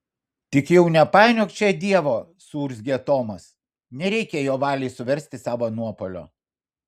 tik jau nepainiok čia dievo suurzgė tomas nereikia jo valiai suversti savo nuopuolio